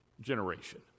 generation